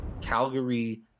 Calgary